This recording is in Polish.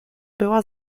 była